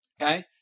Okay